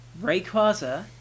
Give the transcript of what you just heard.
Rayquaza